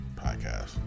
podcast